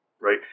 Right